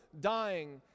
dying